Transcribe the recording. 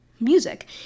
music